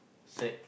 said